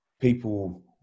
people